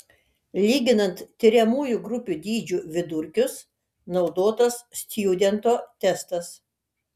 lyginant tiriamųjų grupių dydžių vidurkius naudotas stjudento testas